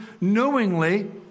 knowingly